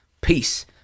Peace